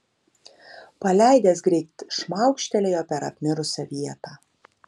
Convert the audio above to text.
paleidęs greit šmaukštelėjo per apmirusią vietą